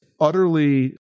utterly